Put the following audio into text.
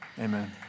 Amen